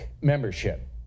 membership